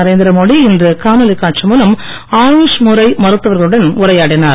நரேந்திர மோடி இன்று காணொலி காட்சி மூலம் ஆயுஷ் முறை மருத்துவர்களுடன் உரையாடினார்